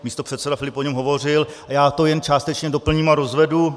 Místopředseda Filip o něm hovořil a já to jen částečně doplním a rozvedu.